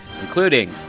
Including